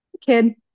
Kid